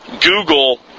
Google